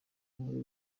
muri